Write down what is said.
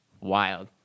Wild